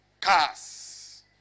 cars